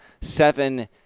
seven